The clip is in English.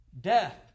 Death